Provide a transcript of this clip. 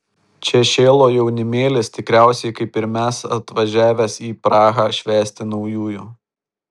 čia šėlo jaunimėlis tikriausiai kaip ir mes atvažiavęs į prahą švęsti naujųjų